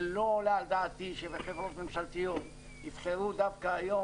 לא עולה על דעתי שבחברות ממשלתיות יבחרו דווקא היום